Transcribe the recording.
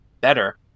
better